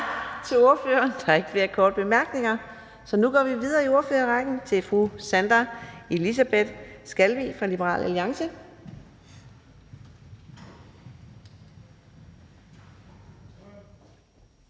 til ordføreren. Der er ikke flere korte bemærkninger, så nu går vi videre i ordførerrækken til fru Sandra Elisabeth Skalvig fra Liberal Alliance.